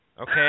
Okay